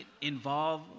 involve